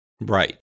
Right